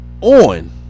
on